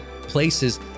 places